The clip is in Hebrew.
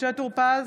משה טור פז,